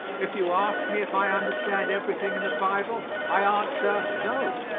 if you ask me if i understand everything in the bible, i answer, no,